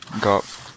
Got